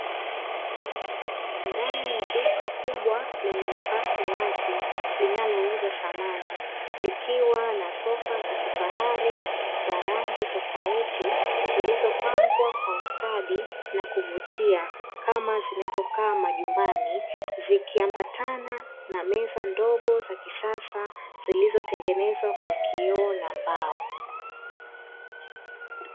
Ndani ya duka kubwa lenye nafasi wazi, linalouza samani likiwa na sofa za kifahari za rangi tofauti, zilizopangwa kwa ustadi na kuvutia kama zinavokaa majumbani, zikiambatana na meza ndogo za kisasa zilizotengenezwa kwa kioo na mbao.